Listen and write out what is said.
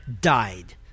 died